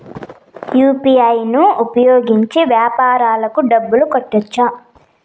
UPI ను ఉపయోగించి వ్యాపారాలకు డబ్బులు కట్టొచ్చా?